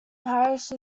parish